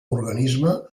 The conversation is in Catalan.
organisme